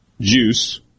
Juice